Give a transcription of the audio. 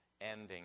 ending